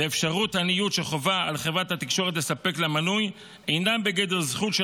ואפשרות הניוד שחובה על חברת התקשורת לספק למנוי אינה בגדר זכות של